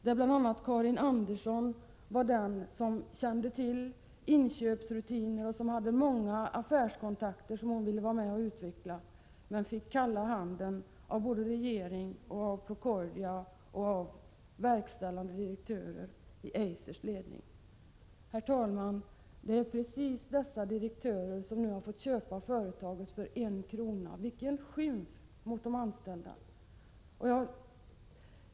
Karin Andersson, en av de anställda, var den som kände till inköpsrutinerna och hade många affärskontakter som hon ville utveckla. Men hon fick kalla handen av regeringen, av Procordia och verkställande direktörer i Eisers ledning. Herr talman! Det är precis dessa direktörer som nu fått köpa företaget för en krona. Vilken skymf mot de anställda!